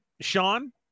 Sean